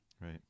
Right